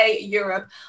Europe